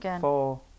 four